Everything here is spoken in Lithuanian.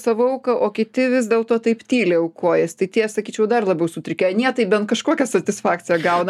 savo auką o kiti vis dėlto taip tyliai aukojas tai tie sakyčiau dar labiau sutrikę anie tai bent kažkokią satisfakciją gauna